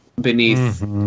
Beneath